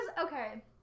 okay